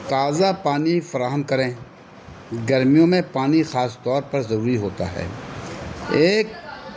تازہ پانی فراہم کریں گرمیوں میں پانی خاص طور پر ضروری ہوتا ہے ایک